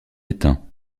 étain